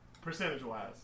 Percentage-wise